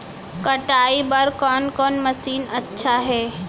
कटाई बर कोन कोन मशीन अच्छा हे?